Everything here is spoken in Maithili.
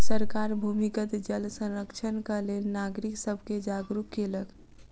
सरकार भूमिगत जल संरक्षणक लेल नागरिक सब के जागरूक केलक